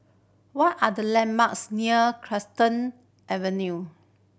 what are the landmarks near Avenue